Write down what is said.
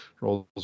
rolls